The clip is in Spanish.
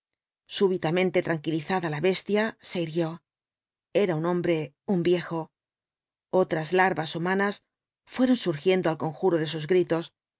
súbitamente tranquilizada la bestia se irguió era un hombre un viejo otras larvas humanas fueron surgiendo al conjuro de sus gritos